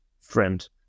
friend